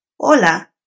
Hola